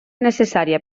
necessària